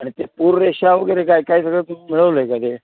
आणि ते पुररेषा वगैरे काय काय सगळं ते मिळवलं आहे का ते